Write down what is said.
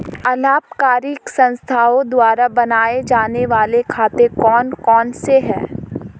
अलाभकारी संस्थाओं द्वारा बनाए जाने वाले खाते कौन कौनसे हैं?